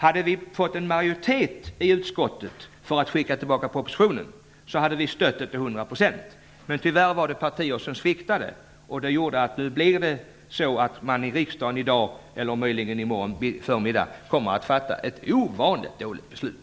Hade det funnits en majoritet i utskottet för att skicka tillbaka propositionen hade vi stött det förslaget till hundra procent. Men tyvärr fanns det partier som sviktade, så nu kommer riksdagen i dag eller möjligen i morgon förmiddag att fatta ett ovanligt dåligt beslut.